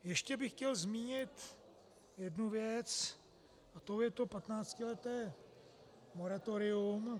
Ještě bych chtěl zmínit jednu věc a tou je to patnáctileté moratorium.